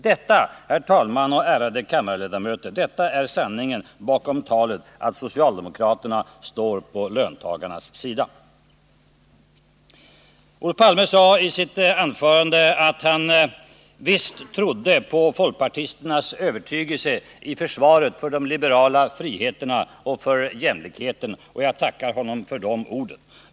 Detta, herr talman och ärade kammarledamöter, är sanningen bakom talet om att socialdemokraterna står på löntagarnas sida. Olof Palme sade i sitt anförande att han visst trodde på folkpartisternas övertygelse i försvaret för de liberala friheterna och för jämlikheten. Jag tackar honom för de orden.